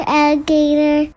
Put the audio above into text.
alligator